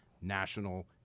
national